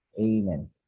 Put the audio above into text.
amen